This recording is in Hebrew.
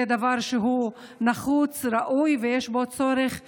זה דבר שנחוץ, ראוי, ויש בו צורך גדול.